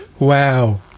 wow